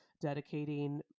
dedicating